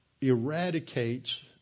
eradicates